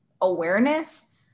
awareness